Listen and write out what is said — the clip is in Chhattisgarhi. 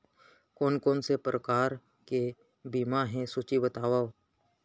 कोन कोन से प्रकार के बीमा हे सूची बतावव?